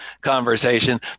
conversation